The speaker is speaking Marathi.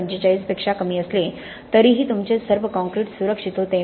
45 पेक्षा कमी असले तरीही तुमचे सर्व कॉंक्रिट सुरक्षित होते